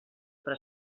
per